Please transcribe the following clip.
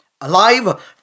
alive